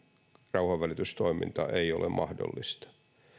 rauhanvälitystoiminta ei ole mahdollista